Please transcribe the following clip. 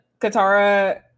Katara